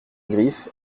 griffes